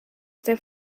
their